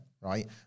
right